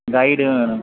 guide வேணும்